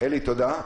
אלי, תודה.